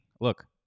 look